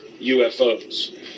UFOs